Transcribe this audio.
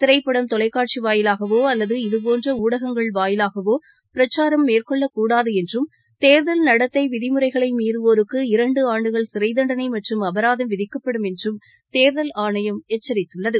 திரைப்படம் தொலைக்காட்சி வாயிலாகவோ அல்லது இதுபோன்ற ஊடகங்கள் வாயிலாகவோ பிரச்சாரம் மேற்கொள்ளக்கூடாது என்றும் தேர்தல் நடத்தை விதிமுறைகளை மீறுவோருக்கு இரண்டு ஆண்டுகள் சிறை தண்டனை மற்றும் அபராதம் விதிக்கப்படும் என்றும் தேர்தல் ஆணையம் எச்சரித்துள்ளது